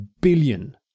billion